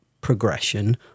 progression